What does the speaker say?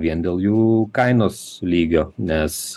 vien dėl jų kainos lygio nes